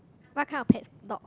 what kind of pet dog